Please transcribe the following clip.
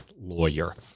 lawyer